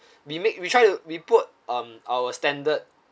we make we try to we put um our standard